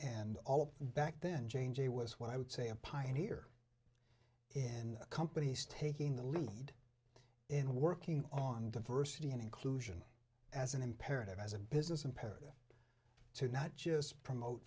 and all back then jane jay was what i would say a pioneer in companies taking the lead in working on diversity and inclusion as an imperative as a business imperative to not just promote